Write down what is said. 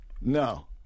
No